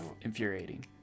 infuriating